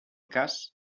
cas